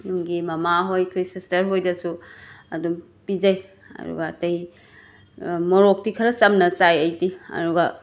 ꯌꯨꯝꯒꯤ ꯃꯃꯥꯍꯣꯏ ꯑꯩꯈꯣꯏ ꯁꯤꯁꯇꯔꯍꯣꯏꯗꯁꯨ ꯑꯗꯨꯝ ꯄꯤꯖꯩ ꯑꯗꯨꯒ ꯑꯇꯩ ꯃꯣꯔꯣꯛꯇꯤ ꯈꯔ ꯆꯝꯅ ꯆꯥꯏ ꯑꯩꯗꯤ ꯑꯗꯨꯒ